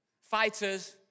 fighters